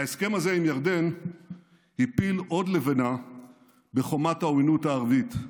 ההסכם הזה עם ירדן הפיל עוד לבנה בחומת העוינות הערבית.